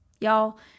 Y'all